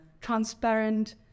transparent